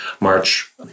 March